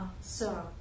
sir